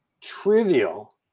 trivial